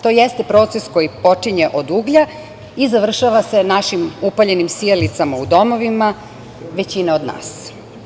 To jeste proces koji počinje od uglja i završava se našim upaljenim sijalicama u domovima većine od nas.